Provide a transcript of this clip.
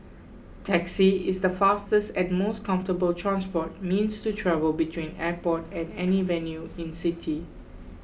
taxi is the fastest and most comfortable transport means to travel between airport and any venue in city